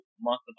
month